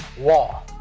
wall